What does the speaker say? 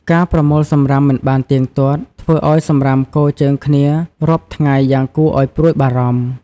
ការប្រមូលសំរាមមិនបានទៀងទាត់ ធ្វើឱ្យសំរាមគរជើងគ្នារាប់ថ្ងៃយ៉ាងគួរឲ្យព្រួយបារម្ភ។